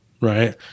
right